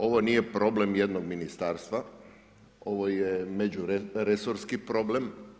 Ovo nije problem jednog ministarstva, ovo je međuresorski problem.